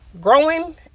growing